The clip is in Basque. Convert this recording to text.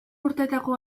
urtetako